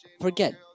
Forget